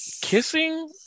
kissing